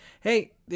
hey